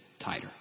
tighter